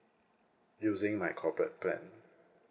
using my corporate plan